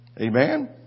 amen